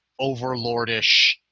overlordish